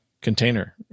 container